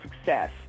success